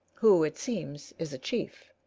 who, it seems, is a chief.